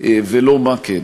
ולא מה כן.